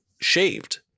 shaved